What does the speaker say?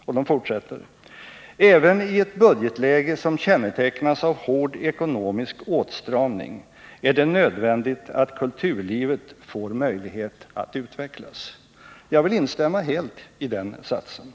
Och de fortsätter: ”Även i ett budgetläge som kännetecknas av hård ekonomisk åtstramning är det nödvändigt att kulturlivet får möjlighet att utvecklas.” Jag vill instämma helt i den satsen.